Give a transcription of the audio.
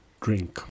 drink